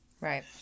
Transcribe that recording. right